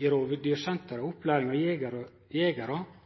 i Rovdyrsenteret og opplæring av jegerar i Norsk Jeger- og